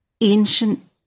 ancient